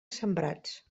sembrats